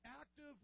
active